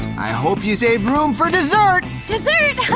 i hope you saved room for dessert. dessert?